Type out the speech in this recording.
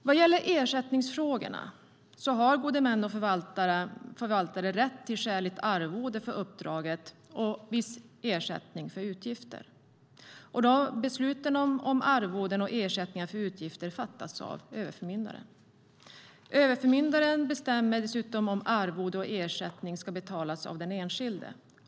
Vad gäller ersättningsfrågorna har gode män och förvaltare rätt till skäligt arvode för uppdraget och viss ersättning för utgifter. Besluten om arvoden och ersättningar för utgifter fattas av överförmyndaren. Överförmyndaren bestämmer dessutom om arvode och ersättning ska betalas av den enskilde.